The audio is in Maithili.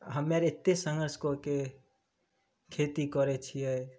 आ हमे आर एत्ते संघर्ष कऽ के खेती करै छियै